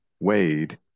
Wade